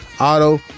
auto